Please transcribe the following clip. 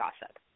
gossip